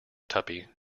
tuppy